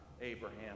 Abraham